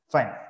Fine